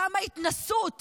כמה התנשאות